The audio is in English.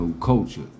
culture